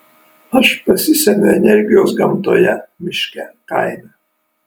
aš pasisemiu energijos gamtoje miške kaime